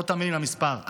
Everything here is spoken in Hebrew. לא תאמיני למספר,